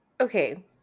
okay